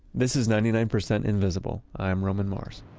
this is ninety nine percent invisible. i'm roman mars